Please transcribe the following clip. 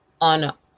on